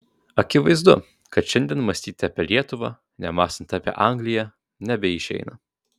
akivaizdu kad šiandien mąstyti apie lietuvą nemąstant apie angliją nebeišeina